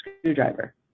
screwdriver